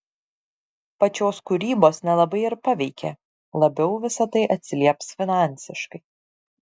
pačios kūrybos nelabai ir paveikė labiau visa tai atsilieps finansiškai